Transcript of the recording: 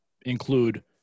include